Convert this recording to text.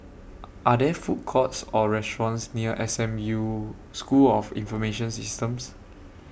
Are There Food Courts Or restaurants near S M U School of Information Systems